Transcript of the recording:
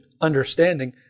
understanding